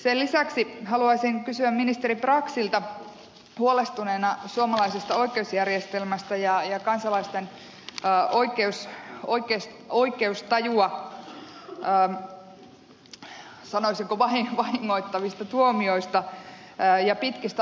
sen lisäksi haluaisin kysyä ministeri braxilta huolestuneena suomalaisesta oikeusjärjestelmästä ja kansalaisten oikeustajua sanoisinko vahingoittavista tuomioista ja pitkistä oikeusprosesseista